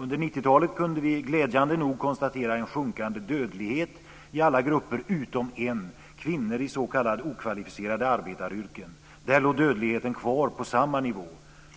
Under 90 talet kunde vi glädjande nog konstatera en sjunkande dödlighet i alla grupper utom en, kvinnor i s.k. okvalificerade arbetaryrken. Där låg dödligheten kvar på samma nivå.